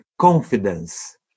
confidence